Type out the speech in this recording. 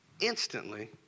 instantly